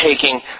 taking